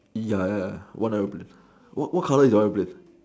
ya ya ya what aeroplane what colour is your aeroplane